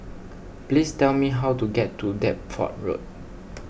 please tell me how to get to Deptford Road